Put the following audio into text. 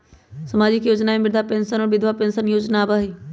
सामाजिक योजना में वृद्धा पेंसन और विधवा पेंसन योजना आबह ई?